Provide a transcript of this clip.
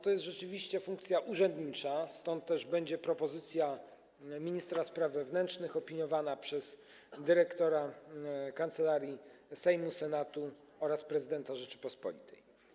To jest rzeczywiście funkcja urzędnicza, stąd też będzie propozycja ministra spraw wewnętrznych opiniowana przez dyrektora Kancelarii Sejmu, Kancelarii Senatu oraz prezydenta Rzeczypospolitej.